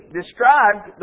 described